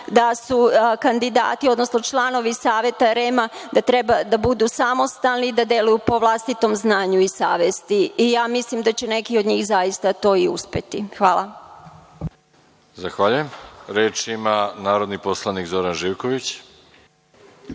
da su kandidati, odnosno članovi Saveta REM-a, da treba da budu samostalni i da deluju po vlastitom znanju i savesti. Ja mislim da će neki od njih zaista to i uspeti. Hvala. **Veroljub Arsić** Hvala. Reč ima narodni poslanik Zoran Živković.